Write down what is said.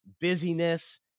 busyness